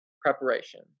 preparation